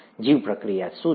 જીવપ્રક્રિયા શું છે